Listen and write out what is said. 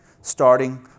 starting